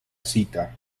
cita